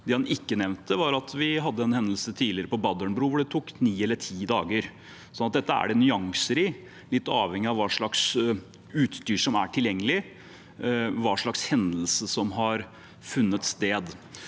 Det han ikke nevnte, var at vi tidligere hadde en hendelse på Badderen bru, hvor det tok ni eller ti dager, så dette er det nyanser i, litt avhengig av hva slags utstyr som er tilgjengelig, og hva slags hendelse som har funnet sted.